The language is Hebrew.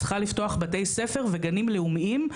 צריכה לפתוח בתי ספר וגנים לאומיים,